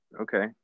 Okay